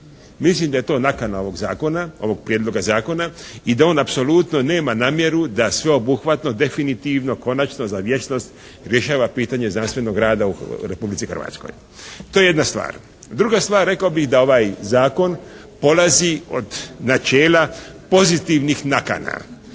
Mislim da je to nakana ovog zakona, ovog prijedloga zakona i da on apsolutno nema namjeru da sveobuhvatno, definitivno, konačno, za vječnost rješava pitanje znanstvenog rada u Republici Hrvatskoj. To je jedna stvar. Druga stvar rekao bih, da ovaj zakon polazi od načela pozitivnih nakana.